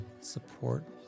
support